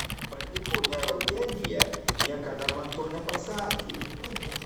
pati ponia eugenija niekada man to nepasakė